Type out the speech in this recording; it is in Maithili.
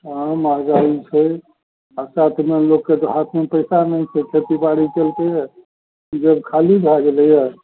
हँ महगाइ छै बरसातमे लोकके तऽ हाथमे पइसा नहि छै खेती बाड़ी केलकैए जेब खाली भए गेलैए